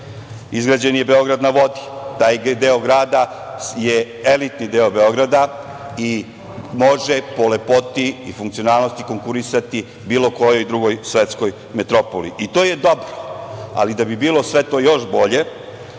izgrađen je "Beograd na vodi", taj deo grada je elitni deo Beograda i može po lepoti i funkcionalnosti konkurisati bilo kojoj drugoj svetskoj metropoli. To je dobro. Ali, da bi bilo sve to još bolje,